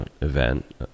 event